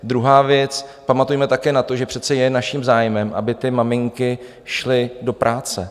Druhá věc, pamatujme také na to, že přece je naším zájmem, aby ty maminky šly do práce.